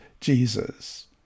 Jesus